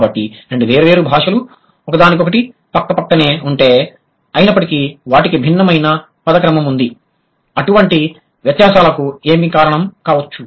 కాబట్టి రెండు వేర్వేరు భాషలు ఒకదానికొకటి పక్కపక్కనే ఉంటే అయినప్పటికీ వాటికి భిన్నమైన పద క్రమం ఉంది అటువంటి వ్యత్యాసాలకు ఏం కారణం కావచ్చు